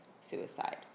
suicide